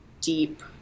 deep